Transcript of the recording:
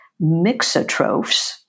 mixotrophs